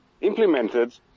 implemented